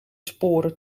sporen